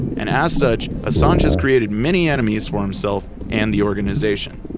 and as such assange has created many enemies for himself and the organization.